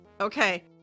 Okay